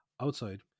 Outside